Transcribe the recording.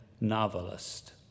novelist